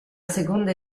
seconda